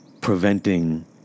preventing